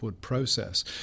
process